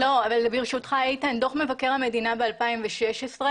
אני כל הזמן